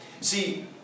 See